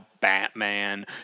Batman